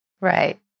Right